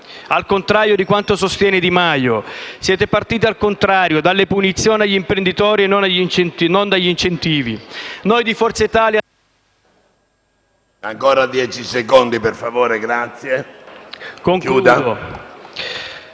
al contrario di quanto sostiene Di Maio. Siete partiti al contrario: dalle punizioni agli imprenditori e non dagli incentivi. State lavorando